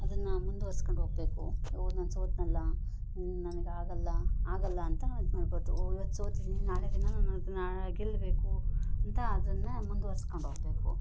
ಅದನ್ನು ಮುಂದ್ವರಿಸ್ಕೊಂಡ್ ಹೋಗ್ಬೇಕು ಓ ನಾನು ಸೋತ್ನಲ್ಲ ನನಗೆ ಆಗೋಲ್ಲ ಆಗೋಲ್ಲ ಅಂತ ಇದು ಮಾಡಬಾರ್ದು ಓ ಇವತ್ತು ಸೋತಿದ್ದಿನಿ ನಾಳೆ ದಿನ ನಾನು ಅದನ್ನು ಗೆಲ್ಲಬೇಕು ಅಂತ ಅದನ್ನು ಮುಂದುವರಿಸ್ಕೊಂಡು ಹೋಗ್ಬೇಕು